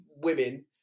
women